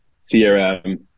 crm